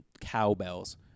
cowbells